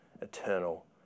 eternal